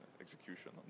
execution